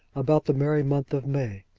about the merry month of may,